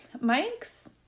Mike's